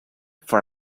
for